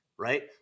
right